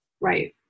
Right